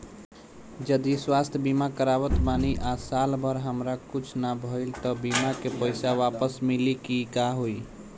जदि स्वास्थ्य बीमा करावत बानी आ साल भर हमरा कुछ ना भइल त बीमा के पईसा वापस मिली की का होई?